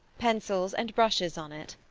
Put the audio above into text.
pencils, and brushes on it.